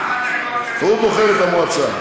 הוא בוחר את המועצה,